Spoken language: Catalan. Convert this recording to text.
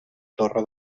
torre